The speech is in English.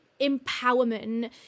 empowerment